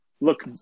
look